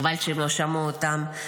חבל שהם לא שמעו אותן.